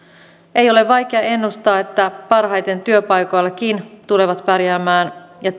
ei ole vaikea ennustaa että parhaiten työpaikoillakin tulevat pärjäämään ja